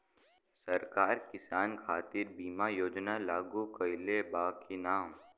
सरकार किसान खातिर बीमा योजना लागू कईले बा की ना?